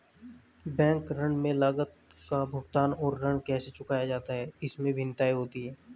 बंधक ऋण में लागत का भुगतान और ऋण कैसे चुकाया जाता है, इसमें भिन्नताएं होती हैं